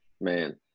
man